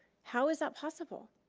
how is that possible?